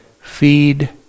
feed